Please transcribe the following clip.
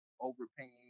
overpaying